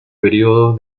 período